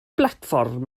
blatfform